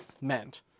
meant